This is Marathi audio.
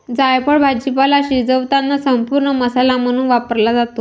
जायफळ भाजीपाला शिजवताना संपूर्ण मसाला म्हणून वापरला जातो